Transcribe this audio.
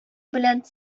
белән